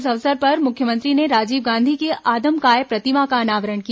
इस अवसर पर मुख्यमंत्री ने राजीव गांधी की आदमकद प्रतिमा का अनावरण किया